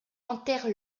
enterre